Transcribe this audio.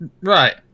Right